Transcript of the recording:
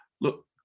look